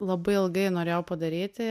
labai ilgai norėjau padaryti